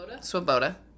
Swoboda